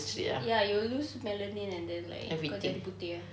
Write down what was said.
ya you will lose melanin and then like kau jadi putih ah